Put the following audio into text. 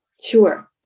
Sure